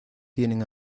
tienen